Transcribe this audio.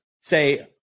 say –